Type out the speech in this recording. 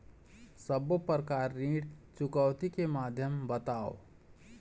सब्बो प्रकार ऋण चुकौती के माध्यम बताव?